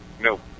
No